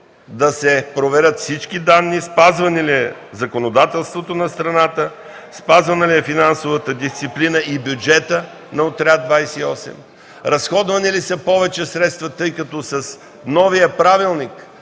да се проверят всички данни – спазвано ли е законодателството на страната, спазвана ли е финансовата дисциплина и бюджета на „Авиоотряд 28”, разходвани ли са повече средства, тъй като с новия правилник